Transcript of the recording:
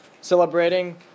celebrating